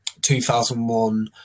2001